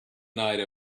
night